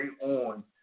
on